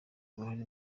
uruhare